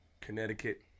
Connecticut